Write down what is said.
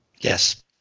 Yes